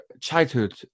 childhood